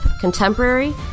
contemporary